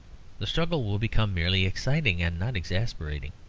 the struggle will become merely exciting and not exasperating.